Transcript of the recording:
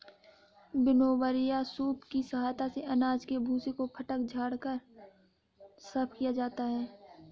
winnower या सूप की सहायता से अनाज के भूसे को फटक झाड़ कर साफ किया जाता है